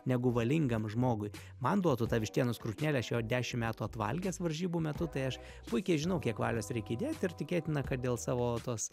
negu valingam žmogui man duotų tą vištienos krūtinėlę aš jo dešim metų atvalgęs varžybų metu tai aš puikiai žinau kiek valios reikia įdėt ir tikėtina kad dėl savo tos